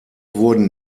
wurden